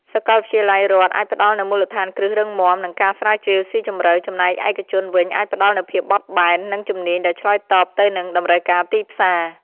សាកលវិទ្យាល័យរដ្ឋអាចផ្ដល់នូវមូលដ្ឋានគ្រឹះរឹងមាំ និងការស្រាវជ្រាវស៊ីជម្រៅ ចំណែកឯកជនវិញអាចផ្ដល់នូវភាពបត់បែន និងជំនាញដែលឆ្លើយតបទៅនឹងតម្រូវការទីផ្សារ។